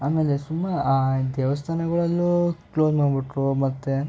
ಆಮೇಲೆ ಸುಮಾ ಆ ದೇವಸ್ಥಾನಗಳಲ್ಲೂ ಕ್ಲೋಸ್ ಮಾಡಿಬಿಟ್ರು ಮತ್ತೆ